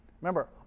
Remember